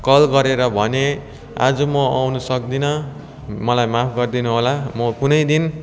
call गरेर भनेँ आज म आउनु सक्दिनँ मलाई माफ गरिदिनुहोला म कुनैदिन